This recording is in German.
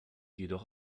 jedoch